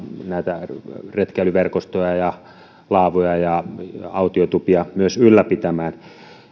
näitä retkeilyverkostoja ja ja laavuja ja autiotupia myös ylläpitämään